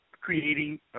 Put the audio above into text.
creating